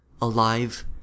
Alive